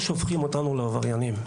למה הופכים אותנו מראש לעבריינים?